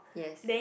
yes